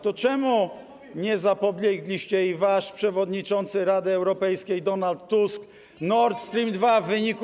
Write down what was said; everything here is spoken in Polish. To czemu nie zapobiegliście i wasz przewodniczący Rady Europejskiej Donald Tusk Nord Stream 2, w wyniku.